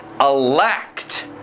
elect